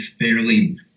fairly